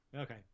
Okay